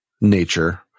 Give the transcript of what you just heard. nature